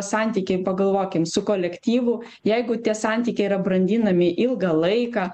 santykiai pagalvokim su kolektyvu jeigu tie santykiai yra brandinami ilgą laiką